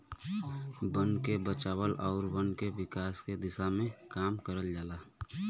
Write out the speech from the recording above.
बन के बचाना आउर वन विकास के दिशा में काम करल जाला